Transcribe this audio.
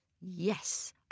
Yes